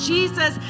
Jesus